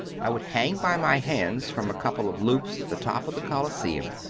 i would hang by my hands from a couple of loops at the top of the coliseum,